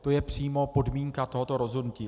To je přímo podmínka tohoto rozhodnutí.